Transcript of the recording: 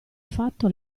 fatto